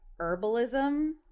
herbalism